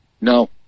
No